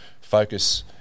focus